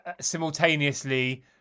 simultaneously